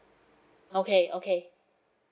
okay okay